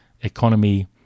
economy